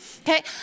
okay